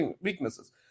weaknesses